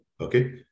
Okay